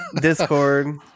discord